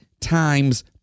times